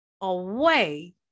away